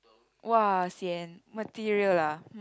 !wah! sian material ah